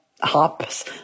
hops